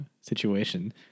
situation